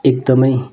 एकदमै